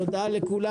תודה לכולם.